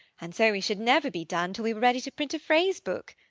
and so we should never be done till we were ready to print a phrase book.